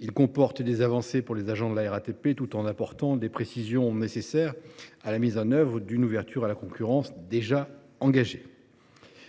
Il comporte des avancées pour les agents de la RATP tout en contenant les précisions nécessaires à la mise en œuvre d’une ouverture à la concurrence déjà engagée.